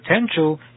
potential